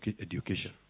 education